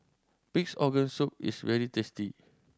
Pig's Organ Soup is very tasty